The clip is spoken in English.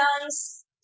nice